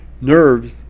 nerves